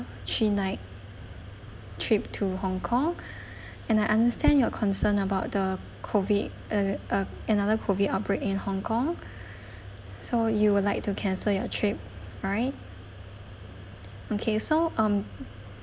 three night trip to hong kong and I understand you're concerned about the COVID uh uh another COVID outbreak in hong kong so you would like to cancel your trip right okay so um